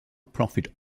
profit